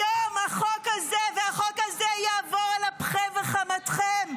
היום החוק הזה, החוק הזה יעבור על אפכם וחמתכם.